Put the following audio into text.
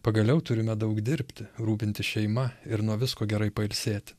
pagaliau turime daug dirbti rūpintis šeima ir nuo visko gerai pailsėti